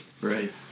Right